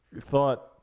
thought